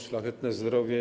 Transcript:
Szlachetne zdrowie,